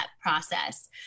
process